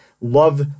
love